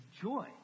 joy